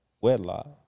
wedlock